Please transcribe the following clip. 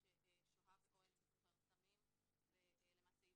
ששוהה באוהל עם סוחר סמים ולמעשה אי